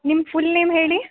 ನಿಮ್ಮ full name ಹೇಳಿ